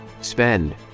Spend